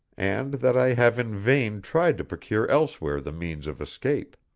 and that i have in vain tried to procure elsewhere the means of escape.